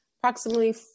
approximately